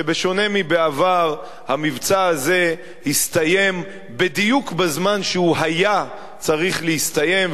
שבשונה מבעבר המבצע הזה הסתיים בדיוק בזמן שהוא היה צריך להסתיים,